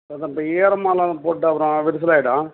இப்போ ஈரமானதாக போட்டால் அப்புறம் விரிசல் ஆயிடும்